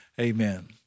Amen